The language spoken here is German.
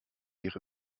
ihre